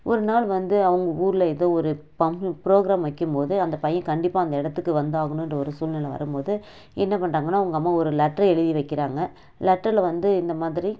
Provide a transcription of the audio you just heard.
ஒரு நாள் வந்து அவங்க ஊரில் ஏதோ ஒரு ப்ரோகிராம் வைக்கும்போது அந்த பையன் கண்டிப்பாக அந்த இடத்துக்கு வந்தாகணுகிற ஒரு சூழ்நில வரும் போது என்ன பண்ணுறாங்கன்னா அவங்க அம்மா ஒரு லட்டரு எழுதி வைக்கிறாங்க லட்டரில் வந்து இந்த மாதிரி